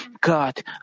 God